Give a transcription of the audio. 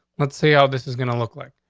let's see how this is gonna look like.